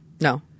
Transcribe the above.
No